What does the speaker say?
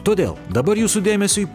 todėl dabar jūsų dėmesiui